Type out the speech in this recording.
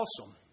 awesome